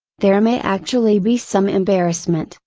there may actually be some embarrassment,